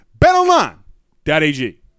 betonline.ag